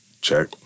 check